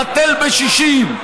בטל בשישים,